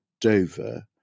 Dover